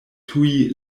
tuj